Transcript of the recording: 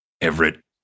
Everett